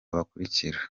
bakurikira